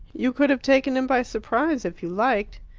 you could have taken him by surprise if you liked.